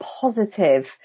positive